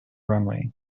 runway